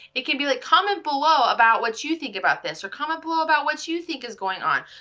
it can be like, comment below about what you think about this, or comment below about what you think is going on.